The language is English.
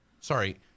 sorry